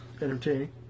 entertaining